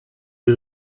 die